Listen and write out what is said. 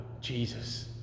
Jesus